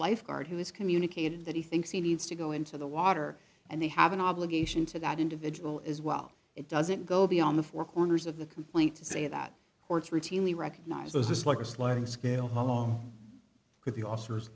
lifeguard who has communicated that he thinks he needs to go into the water and they have an obligation to that individual as well it doesn't go beyond the four corners of the complaint to say that courts routinely recognize this is like a sliding scale along with the officers